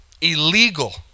Illegal